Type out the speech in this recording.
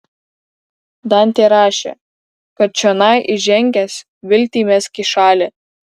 dantė rašė kad čionai įžengęs viltį mesk į šalį